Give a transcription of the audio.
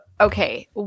okay